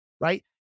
right